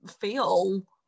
feel